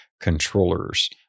controllers